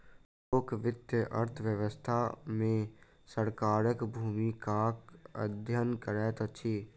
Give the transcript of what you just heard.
लोक वित्त अर्थ व्यवस्था मे सरकारक भूमिकाक अध्ययन करैत अछि